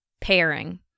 pairing